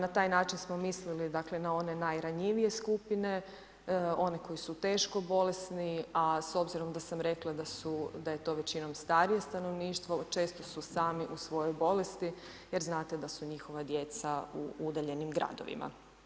Na taj način smo mislili, dakle na one najranjivije skupine, one koji su teško bolesni, a s obzirom da sam rekla da je to većinom starije stanovništvo, često su sami u svojoj bolesti jer znate da su njihova djeca u udaljenim gradovima.